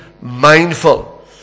mindful